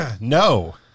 No